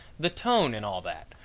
the tone and all that,